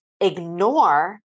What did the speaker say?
ignore